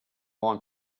long